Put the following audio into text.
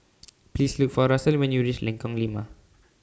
Please Look For Russel when YOU REACH Lengkong Lima